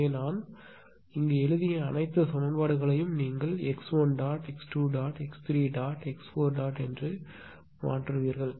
எனவே நான் இங்கு எழுதிய அனைத்து சமன்பாடுகளையும் நீங்கள் x1 x2 x3 x4 செய்வீர்கள்